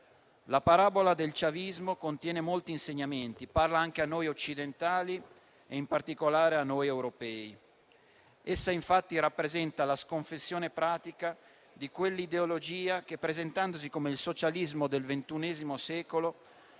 La parabola del *chavismo* contiene molti insegnamenti e parla anche a noi occidentali, in particolare a noi europei. Essa, infatti, rappresenta la sconfessione pratica di quell'ideologia che, presentandosi come il socialismo del ventunesimo